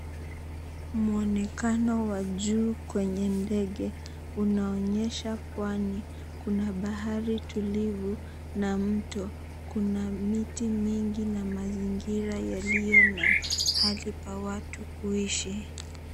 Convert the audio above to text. M𝑤onekano wa juu kwenye ndege unaon𝑦𝑒sha pwani, kuna bahari tulivu na 𝑚𝑡𝑜, kuna miti mingi na mazingira yalio na mahali pa watu kuishi.